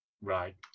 right